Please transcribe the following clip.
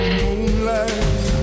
moonlight